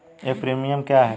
एक प्रीमियम क्या है?